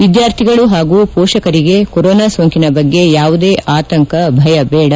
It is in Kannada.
ವಿದ್ಯಾರ್ಥಿಗಳು ಹಾಗೂ ಪೋಷಕರಿಗೆ ಕೊರೋನಾ ಸೋಂಕಿನ ಬಗ್ಗೆ ಯಾವುದೇ ಆತಂಕ ಭಯ ಬೇಡ